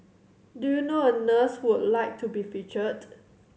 do you know a nurse who would like to be featured